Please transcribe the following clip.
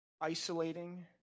isolating